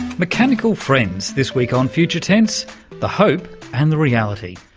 mechanical friends this week on future tense the hope and the reality.